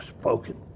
spoken